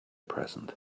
present